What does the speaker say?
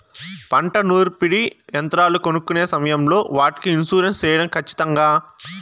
పంట నూర్పిడి యంత్రాలు కొనుక్కొనే సమయం లో వాటికి ఇన్సూరెన్సు సేయడం ఖచ్చితంగా?